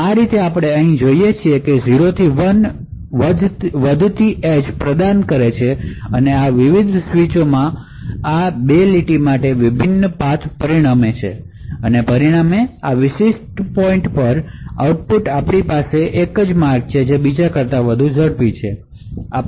આ રીતે આપણે અહીં જોઈએ છીએ કે જ્યારે 0 થી 1 વધતી એજ પ્રદાન કરી ત્યારે આ વિવિધ સ્વીચ માં આ 2 લીટીઓ માટે વિભિન્ન પાથ પરિણમે છે અને પરિણામે આ જ્ગ્યા પર આઉટપુટ આપણી પાસે એક માર્ગ છે જે બીજા કરતા વધુ ઝડપી છે તે છે